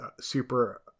super